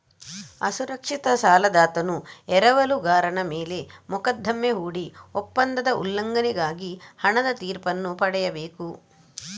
ಅಸುರಕ್ಷಿತ ಸಾಲದಾತನು ಎರವಲುಗಾರನ ಮೇಲೆ ಮೊಕದ್ದಮೆ ಹೂಡಿ ಒಪ್ಪಂದದ ಉಲ್ಲಂಘನೆಗಾಗಿ ಹಣದ ತೀರ್ಪನ್ನು ಪಡೆಯಬೇಕು